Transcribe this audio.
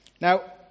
Now